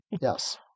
yes